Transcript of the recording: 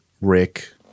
Rick